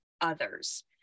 others